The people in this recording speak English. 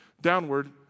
Downward